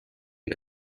and